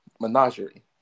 menagerie